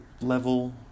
level